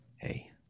Hey